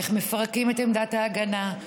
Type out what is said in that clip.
איך מפרקים את עמדת ההגנה,